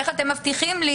איך אתם מבטיחים לי